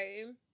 home